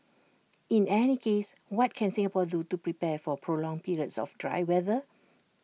in any case what can Singapore do to prepare for prolonged periods of dry weather